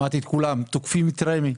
שמעתי את כולם תוקפים את רמ"י.